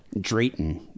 Drayton